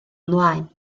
ymlaen